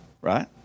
Right